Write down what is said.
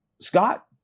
Scott